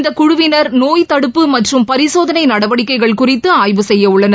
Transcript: இந்த குழுவினர் நோய் தடுப்பு மற்றும் பரிசோதனை நடவடிக்கைகள் குறித்து ஆய்வு செய்ய உள்ளனர்